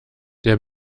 der